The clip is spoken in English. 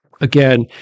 again